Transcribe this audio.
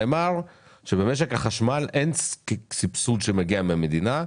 נאמר פה שבמשק החשמל אין סבסוד שמגיע מהמדינה.